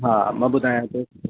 हा मां ॿुधाया थो